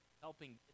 helping